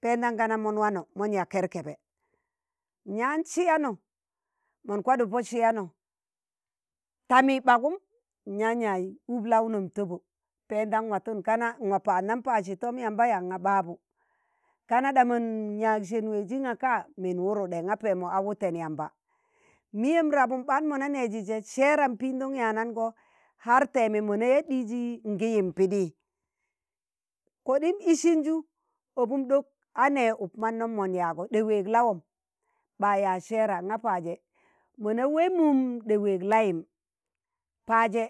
pendan ga na mon wano, mon yaa kerkebe, n'yaan siyano mon kwaɗuk pọ siyano tạmi ɓạgum n'yaan yaaz ub launon tọbo pendam watun kana n'wa pạaɗnan pạaɗsi tom yamba ya? ng̣a ɓabu kana ɗamun yaag sen weji naka? min wuruɗe nga pẹẹmọ a wuten yamba. miyẹm rabụm ɓaan mọ na neji je sẹẹram pindon yanaṇgo har teeme mona yaa ɗiiji ngi yim pidi, koɗim isin ju ọbin ɗok a ne uk mannom mon yaago ɗe weeg lawom ɓa yaaz seera nga paje mọna wee mum ɗe weeg layim, paje